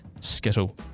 skittle